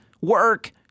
work